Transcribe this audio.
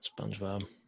SpongeBob